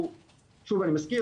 שוב אני מזכיר,